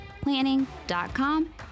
Planning.com